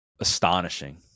Astonishing